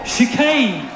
Chicane